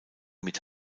mit